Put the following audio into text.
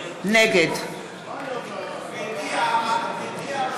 נגד גברתי המזכירה,